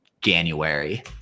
January